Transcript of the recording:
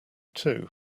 too